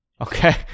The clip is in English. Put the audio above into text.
Okay